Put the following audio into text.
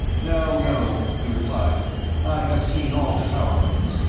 no, no, he replied i have seen all the tower rooms.